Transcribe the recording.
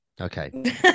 Okay